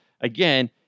again